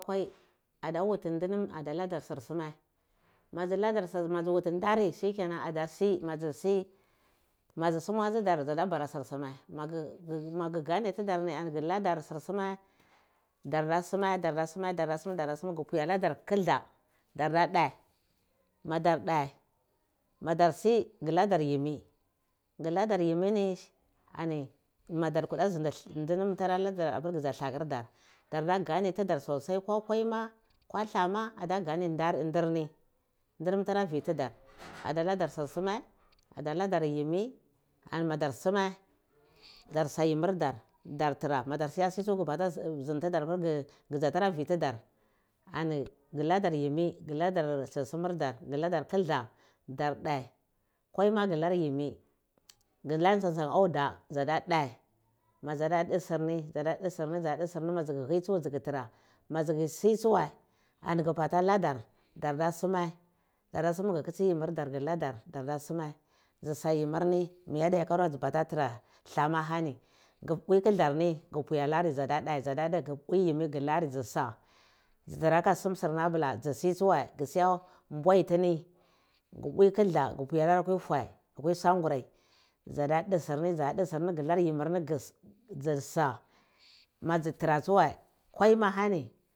Ku kwe ada wutin tinye adaladar sursime madzu ladar ndaru toh shikenan dzada si ma dzi si ma dzi suma dzidari dzadabari sur suma magi gone tudarani gu ladar sursume dar dasume dardasume dardasume gu mpwi aladar kilda darde ta madarthe madarsi guladar yimi guladar yimi ni ani mada kulda zindi uma gen ndinam tara ladar apir gudza lakur dar da gane tudar sosai ko kai mu kwala ma adagane ndar ndirni ndinam tara vi tidar ada ladar sursume adaladar yimmi animadar summe darsa yimmir dar dar tra madar bara sunyu apir kidza tara vi tidar ani guladar yimmi ani guladar yimmir da gu ladar kilda dar de kwai ma ghi na yimmi gunar tsam tsam auda dzuda dte ma dza da dti surni dzada dhe madzu ku hi sumi tsu du kutara ma dzu ku si tsuwai ani gu bata ladar darda sume gu kitsi yimir dar tsu ka ladar darda sume gu kitsi yimir dar tsu ka ladar darda sumai dzu sa yimirni i adiyakar wai dzu bata tarrah dlah ma ahani guppi kildar ni gu mowi alari dza dadd dhe gu pwi yimmirni gu lar dzi dla dhu luka sum sil ni abula dzi si tsuye gu suwa mbwai tini gu puwi kilda gu pwi alar akwi fue gu pwi sangurai dza da dhi sirnin gular yimmir ni dzi sa madza tara tsuwe